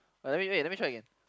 uh wait let me let me try again